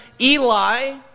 Eli